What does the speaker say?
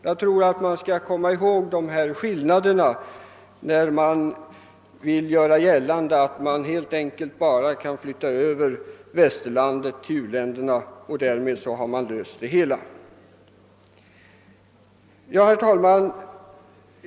Jag tror att man bör komma ihåg dessa skillnader, när man vill göra gällande att det bara gäller att flytta över västerlandet till u-länderna för att lösa hela problemet. Herr talman!